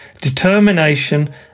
determination